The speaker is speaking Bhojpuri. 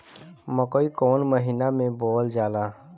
मकई कौन महीना मे बोअल जाला?